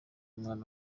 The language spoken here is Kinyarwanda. umwana